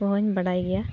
ᱠᱚᱦᱚᱸᱧ ᱵᱟᱰᱟᱭ ᱜᱮᱭᱟ